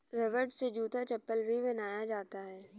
रबड़ से जूता चप्पल भी बनाया जाता है